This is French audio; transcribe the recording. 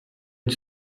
une